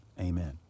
amen